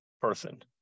person